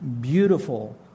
beautiful